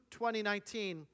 2019